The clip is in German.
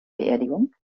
beerdigung